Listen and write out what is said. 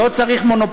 לא צריך לתת להם.